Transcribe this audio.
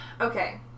okay